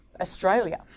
Australia